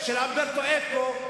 של אומברטו אקו?